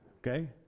Okay